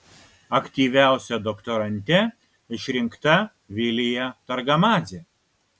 aktyviausia doktorante išrinkta vilija targamadzė